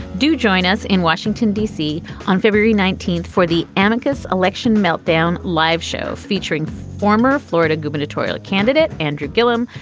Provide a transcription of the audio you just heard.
do join us in washington, d c. on february nineteenth for the annika's election meltdown live show featuring former florida gubernatorial candidate andrew guilherme.